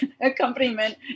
accompaniment